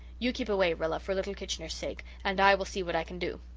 you keep away, rilla, for little kitchener's sake, and i will see what i can do.